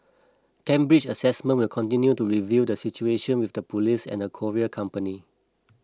Cambridge Assessment will continue to review the situation with the police and the courier company